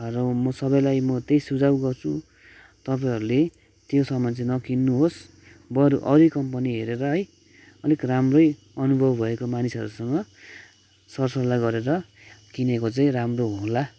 र म सबैलाई म त्यही सुझाउ गर्छु तपाईँहरूले त्यो सामान चाहिँ नकिन्नुहोस् बरु अरू कम्पनी हेरेर है अलिक राम्रै अनुभव भएको मानिसहरूसँग सर सल्लाह गरेर किनेको चाहिँ राम्रो होला